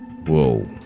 Whoa